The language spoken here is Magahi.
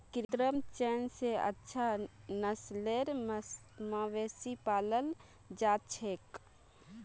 कृत्रिम चयन स अच्छा नस्लेर मवेशिक पालाल जा छेक